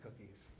cookies